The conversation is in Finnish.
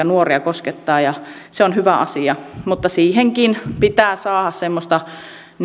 nuoria koskettavat se on hyvä asia mutta siihenkin pitää saada semmoista